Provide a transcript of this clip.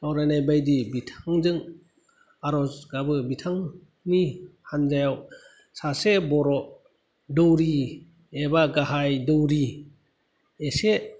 सावरायनाय बायदि बिथांजों आरज गाबो बिथांनि हान्जायाव सासे बर' दौरि एबा गाहाय दौरि एसे